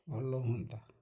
ଭଲ ହୁଅନ୍ତା